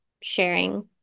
sharing